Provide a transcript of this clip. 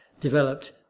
developed